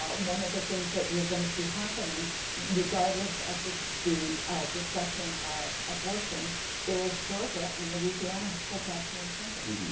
um one of the things that you're going to see happening regardless of the the discussion of abortion is georgia and louisiana pull back their incentives. and